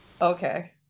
Okay